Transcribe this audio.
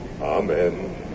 Amen